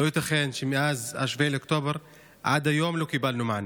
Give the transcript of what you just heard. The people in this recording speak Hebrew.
לא ייתכן שמאז 7 באוקטובר עד היום לא קיבלנו מענה.